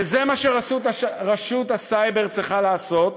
וזה מה שרשות הסייבר צריכה לעשות.